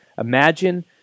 Imagine